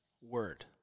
word